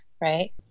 right